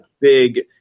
big